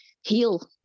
heal